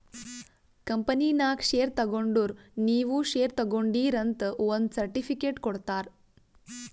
ಕಂಪನಿನಾಗ್ ಶೇರ್ ತಗೊಂಡುರ್ ನೀವೂ ಶೇರ್ ತಗೊಂಡೀರ್ ಅಂತ್ ಒಂದ್ ಸರ್ಟಿಫಿಕೇಟ್ ಕೊಡ್ತಾರ್